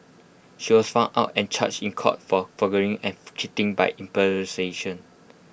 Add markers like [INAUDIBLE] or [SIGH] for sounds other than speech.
she was found out and charged in court for forgery and [HESITATION] cheating by impersonation